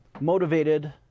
motivated